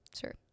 Sure